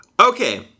okay